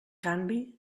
canvi